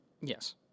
yes